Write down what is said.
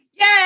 Yay